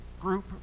Group